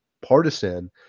partisan